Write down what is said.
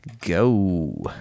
Go